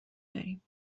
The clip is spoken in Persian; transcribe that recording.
داریم